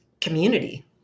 community